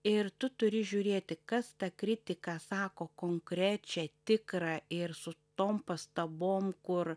ir tu turi žiūrėti kas tą kritiką sako konkrečią tikrą ir su tom pastabom kur